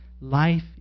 Life